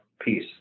peace